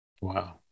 wow